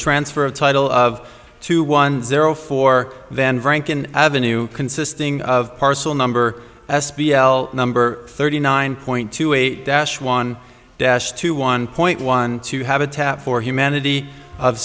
transfer of title of two one zero four then franken avenue consisting of parcel number s p l number thirty nine point two eight dash one dash two one point one two habitat for humanity of